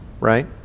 right